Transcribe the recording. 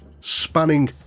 spanning